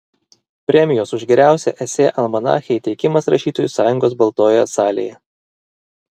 premijos už geriausią esė almanache įteikimas rašytojų sąjungos baltojoje salėje